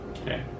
okay